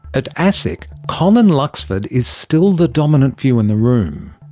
at asic colin luxford is still the dominant view in the room.